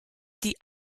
die